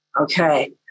Okay